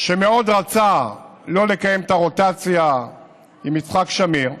שמאוד רצה לא לקיים את הרוטציה עם יצחק שמיר,